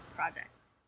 projects